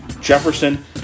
Jefferson